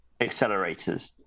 accelerators